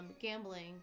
gambling